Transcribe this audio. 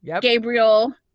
Gabriel